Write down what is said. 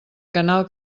canal